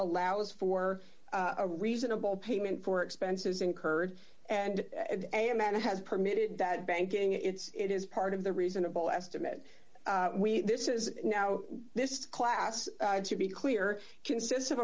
allows for a reasonable payment for expenses incurred and a man has permitted that banking it's it is part of the reasonable estimate this is now this class to be clear consists of